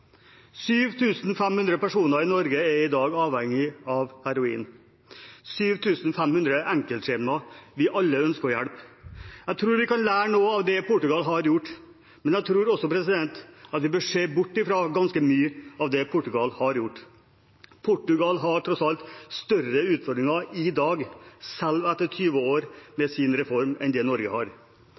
500 personer i Norge er i dag avhengige av heroin – 7 500 enkeltskjebner vi alle ønsker å hjelpe. Jeg tror vi kan lære noe av det Portugal har gjort, men jeg tror også vi bør se bort fra ganske mye av det Portugal har gjort. Portugal har tross alt større utfordringer i dag – selv etter 20 år med sin reform – enn Norge har.